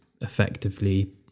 effectively